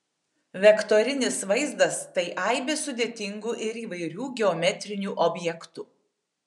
vektorinis vaizdas tai aibė sudėtingų ir įvairių geometrinių objektų